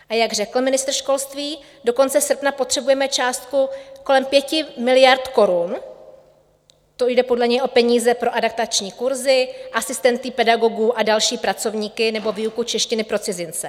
A jak řekl ministr školství, do konce srpna potřebujeme částku kolem 5 miliard korun, to jde podle něj o peníze na adaptační kurzy, asistenty pedagogů a další pracovníky nebo výuku češtiny pro cizince.